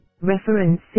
reference